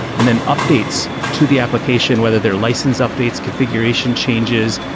and then updates to the application, whether they're license updates, configuration changes,